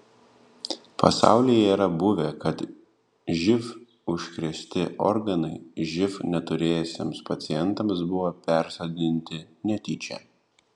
pasaulyje yra buvę kad živ užkrėsti organai živ neturėjusiems pacientams buvo persodinti netyčia